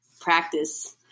practice